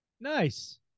Nice